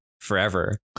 forever